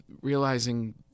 realizing